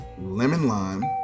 lemon-lime